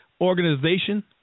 organization